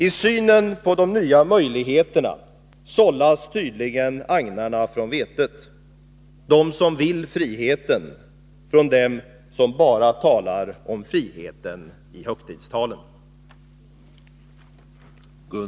I synen på de nya möjligheterna sållas tydligen agnarna från vetet — de som vill friheten sållas från dem som bara talar om friheten i högtidstalen.